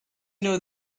know